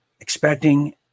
expecting